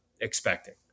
expecting